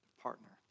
partner